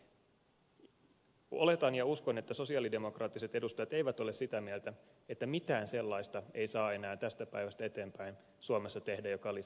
oletan ja uskon että sosialidemokraattiset edustajat eivät ole sitä mieltä että mitään sellaista ei saa enää tästä päivästä eteenpäin suomessa tehdä mikä lisää päästöjä